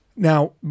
Now